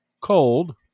cold